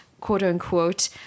quote-unquote